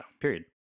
period